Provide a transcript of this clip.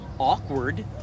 Awkward